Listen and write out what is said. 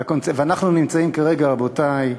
ואנחנו נמצאים כרגע, רבותי,